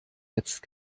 jetzt